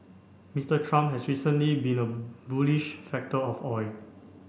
Mister Trump has recently been a bullish factor for oil